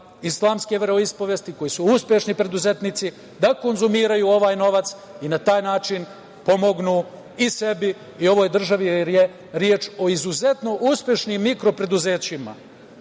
islamske veroispovesti, koji su uspešni preduzetnici, da konzumiraju ovaj novac i na taj način pomognu i sebi i ovoj državi, jer je reč o izuzetno uspešnim mikro-preduzećima.